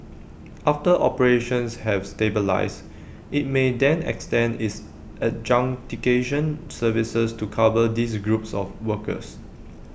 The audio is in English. after operations have stabilised IT may then extend its services to cover these groups of workers